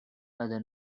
other